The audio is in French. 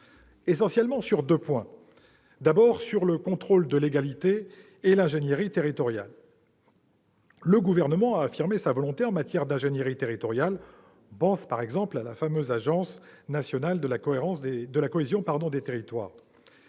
essentiellement sur deux points. Le premier concerne le contrôle de légalité et l'ingénierie territoriale. Le Gouvernement a affirmé sa volonté en matière d'ingénierie territoriale. Je pense, par exemple, à l'Agence nationale de la cohésion des territoires.